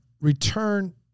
return